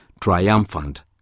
triumphant